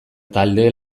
talde